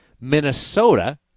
Minnesota